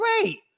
Great